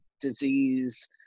disease